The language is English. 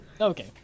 Okay